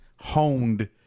honed